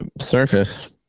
surface